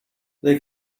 they